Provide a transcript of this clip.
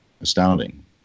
astounding